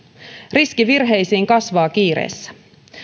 riski virheisiin kasvaa kiireessä